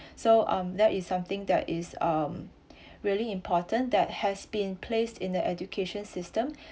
so um that is something that is um really important that has been placed in the education system